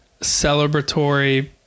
celebratory